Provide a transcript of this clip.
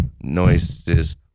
noises